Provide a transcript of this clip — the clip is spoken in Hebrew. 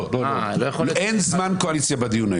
אין זמן קואליציה בדיון.